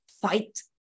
fight